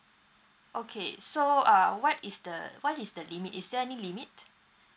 okay so uh what is the what is the limit is there any limit